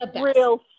real